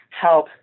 help